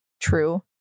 True